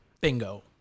bingo